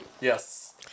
yes